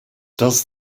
does